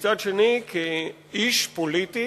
ומצד שני, כאיש פוליטי